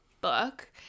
book